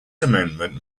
amendment